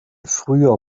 früher